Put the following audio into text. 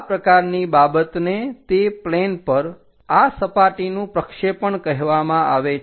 આ પ્રકારની બાબતને તે પ્લેન પર આ સપાટીનું પ્રક્ષેપણ કહેવામાં આવે છે